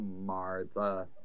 Martha